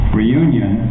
reunion